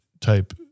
type